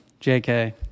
JK